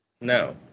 No